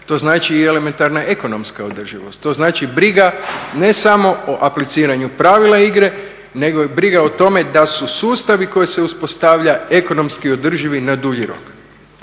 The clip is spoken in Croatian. to znači i elementarna ekonomska održivost, to znači briga ne samo o apliciranju pravila igre nego briga o tome da su sustavi koji se uspostavlja ekonomski održivi na dulji rok.